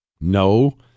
No